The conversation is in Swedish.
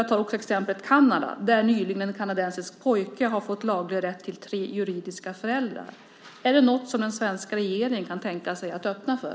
Jag tar ett exempel från Kanada, där en kanadensisk pojke nyligen har fått laglig rätt till tre juridiska föräldrar. Är det något som den svenska regeringen kan tänka sig att öppna för?